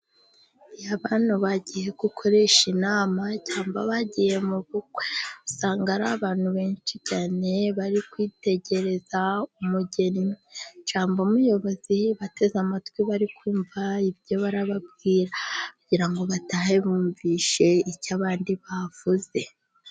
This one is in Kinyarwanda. Iyo abantu bagiye gukoresha inama cyangwa bagiye mu bukwe usanga ari abantu benshi cyane bari kwitegereza umugeni cyangwa umuyobozi, bateze amatwi bari kumva ibyo barababwira kugira ngo batahe bumvishe icyo abandi bavuze.